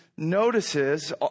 notices